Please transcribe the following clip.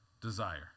desire